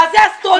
מה זה אסטרונומית.